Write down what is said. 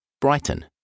Brighton